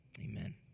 Amen